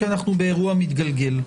כי אנחנו באירוע מתגלגל.